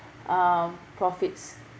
um profits